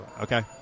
Okay